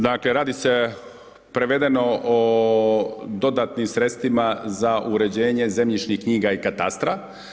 Dakle radi se prevedeno o dodatnim sredstvima za uređenje zemljišnih knjiga i katastra.